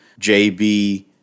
JB